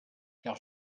car